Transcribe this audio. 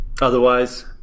Otherwise